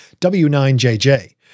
W9JJ